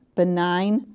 benign,